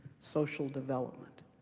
social development,